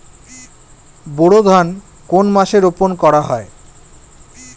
বোরো ধান কোন মাসে রোপণ করা হয়?